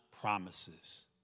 promises